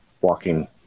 walking